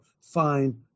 fine